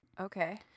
Okay